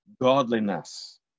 godliness